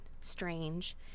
strange